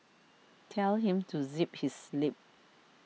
tell him to zip his lip